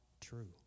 true